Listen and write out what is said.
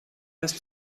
ist